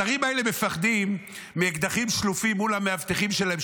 השרים האלה מפחדים מאקדחים שלופים מול המאבטחים שלהם,